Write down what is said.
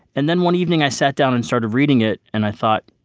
and then one evening i sat down and started reading it, and i thought,